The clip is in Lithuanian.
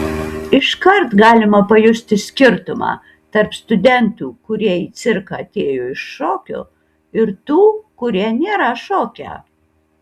iškart galima pajusti skirtumą tarp studentų kurie į cirką atėjo iš šokio ir tų kurie nėra šokę